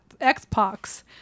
Xbox